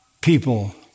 people